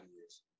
years